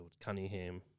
Cunningham